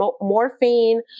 morphine